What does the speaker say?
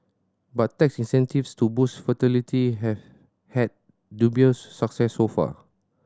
but tax incentives to boost fertility have had dubious success so far